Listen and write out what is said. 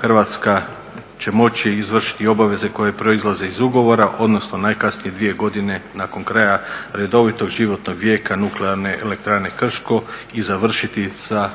Hrvatska moći izvršiti obaveze koje proizlaze iz ugovora odnosno najkasnije dvije godine nakon kraja redovitog životnog vijeća Nuklearne elektrane Krško i završiti sa